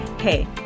hey